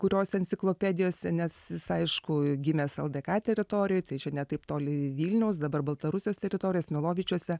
kuriose enciklopedijose nes jis aišku gimęs ldk teritorijoj tai čia ne taip toli vilniaus dabar baltarusijos teritorija smilovičiuose